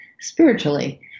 spiritually